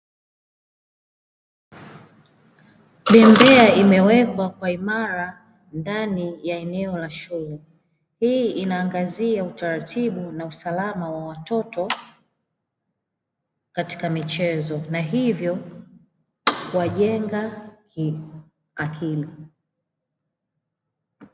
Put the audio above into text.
Bembea imewekwa kwa imara ndani ya eneo la shule, hii inaangazia utaratibu na usalama wa watoto katika michezo na hivyo kuwajenga kiakili.